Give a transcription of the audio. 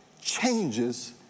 changes